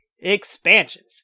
Expansions